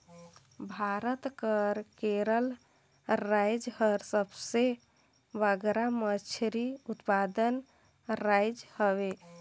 भारत कर केरल राएज हर सबले बगरा मछरी उत्पादक राएज हवे